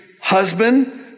husband